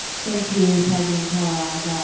thank you, president kellogg.